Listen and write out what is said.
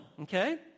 okay